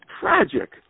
tragic